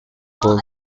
well